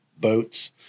boats